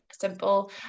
Simple